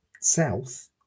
south